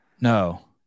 No